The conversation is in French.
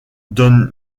donne